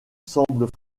semblent